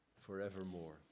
forevermore